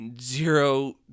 zero